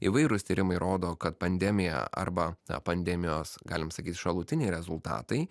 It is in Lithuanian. įvairūs tyrimai rodo kad pandemija arba pandemijos galim sakyt šalutiniai rezultatai